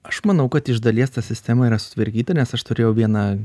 aš manau kad iš dalies ta sistema yra sutvarkyta nes aš turėjau vieną